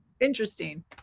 interesting